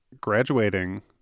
graduating